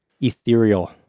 ethereal